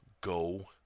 go